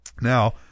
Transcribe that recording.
Now